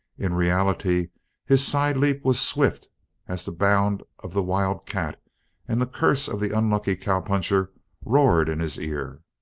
in reality his side-leap was swift as the bound of the wild cat and the curse of the unlucky cowpuncher roared in his ear.